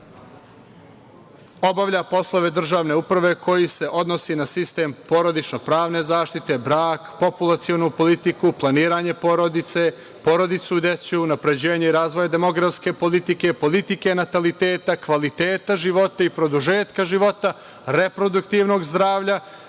obavlja poslove državne uprave koji se odnose na sistem porodično-pravne zaštite, brak, populacionu politiku, planiranje porodice, porodicu i decu, unapređenje razvoja demografske politike, politike nataliteta, kvaliteta života i produžetka života, reproduktivnog zdravlja,